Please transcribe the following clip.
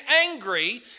angry